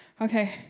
Okay